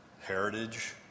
heritage